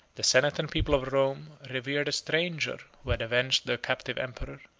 the senate and people of rome revered a stranger who had avenged their captive emperor,